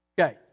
Okay